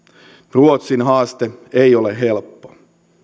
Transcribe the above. ruotsin haaste ei ole helppo